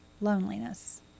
loneliness